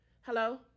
Hello